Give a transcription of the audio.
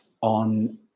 on